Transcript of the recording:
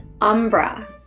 Umbra